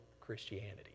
Christianity